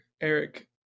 Eric